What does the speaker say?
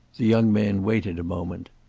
the young man waited a moment.